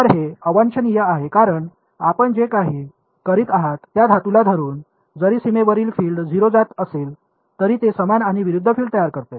तर हे अवांछनीय आहे कारण आपण जे काही करीत आहात त्या धातूला धरून जरी सीमेवरील फील्ड 0 जात असेल तरी ते समान आणि विरुद्ध फील्ड तयार करते